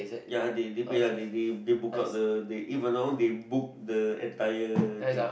ya they they pay they they they book out the even now they book the entire thing